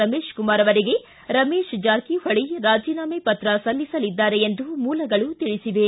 ರಮೇಶಕುಮಾರ ಅವರಿಗೆ ರಮೇಶ ಜಾರಕಿಹೊಳಿ ರಾಜೀನಾಮೆ ಪತ್ರ ಸಲ್ಲಿಸಲಿದ್ದಾರೆ ಎಂದು ಮೂಲಗಳು ತಿಳಿಸಿವೆ